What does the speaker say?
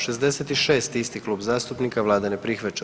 66. isti Klub zastupnika, Vlada ne prihvaća.